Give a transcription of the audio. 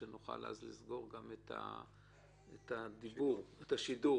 כשנוכל לסגור את השידור.